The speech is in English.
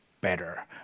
better